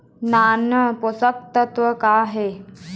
नान पोषकतत्व का हे?